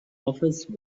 office